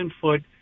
foot